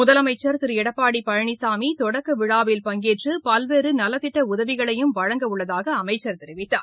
முதலமச்சர் திரு எடப்பாடி பழனிசாமி தொடக்கவிழாவில் பங்கேற்று பல்வேறு நலத்திட்ட உதவிகளையும் வழங்கவுள்ளதாக அமைச்சர் தெரிவித்தார்